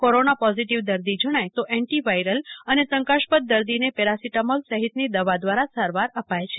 corona positive દર્દી જણાય તો એન્ટિવાયરલ અને શંકાસ્પદ દર્દીને પેરાસિટામોલ સહિતની દવા દ્વારા સારવાર અપાય છે